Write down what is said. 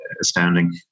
astounding